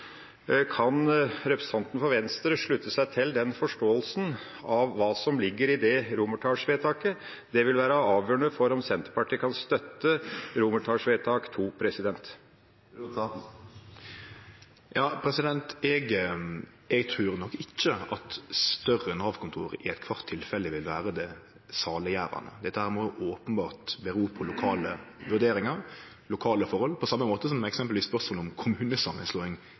Kan representanten fra Venstre slutte seg til den forståelsen av hva som ligger i det romertallsvedtaket? Det vil være avgjørende for om Senterpartiet kan støtte vedtak II. Eg trur nok ikkje at større Nav-kontor i eitkvart tilfelle vil vere det saliggjerande. Dette kjem openbert an på lokale vurderingar, lokale forhold, på same måte som eksempelvis spørsmålet om kommunesamanslåing